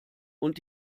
und